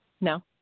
no